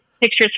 pictures